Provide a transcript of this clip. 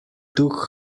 took